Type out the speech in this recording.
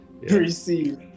Receive